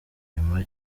nyuma